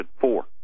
four